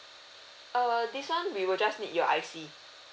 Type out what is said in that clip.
err this one we will just need your I_C